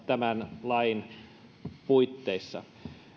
tämän lain puitteissa